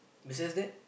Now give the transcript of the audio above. besides that